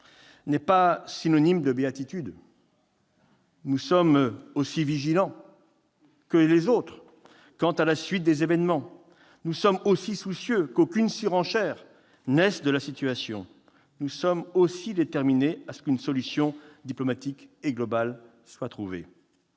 n'est pas synonyme de béatitude. Nous sommes aussi vigilants quant à la suite des événements, nous sommes aussi soucieux qu'aucune surenchère ne naisse de la situation, nous sommes aussi déterminés à ce qu'une solution diplomatique et globale soit trouvée.